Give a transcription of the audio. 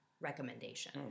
recommendation